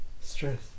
stress